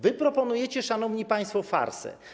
Wy proponujecie, szanowni państwo, farsę.